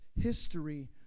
history